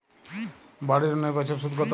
বাড়ি লোনের বছরে সুদ কত?